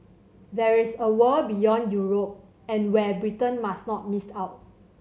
there is a world beyond Europe and where Britain must not miss out